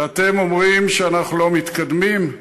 ואתם אומרים שאנחנו לא מתקדמים?